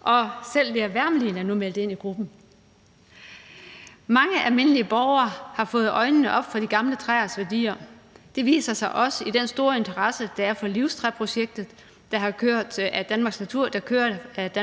og selv Lea Wermelin er nu meldt ind i gruppen. Mange almindelige borgere har fået øjnene op for de gamle træers værdier. Det viser sig også i den store interesse, der er for livstræprojektet, der køres af